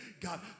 God